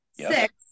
Six